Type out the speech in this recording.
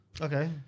Okay